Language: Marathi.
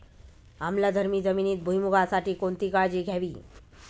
आम्लधर्मी जमिनीत भुईमूगासाठी कोणती काळजी घ्यावी?